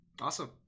awesome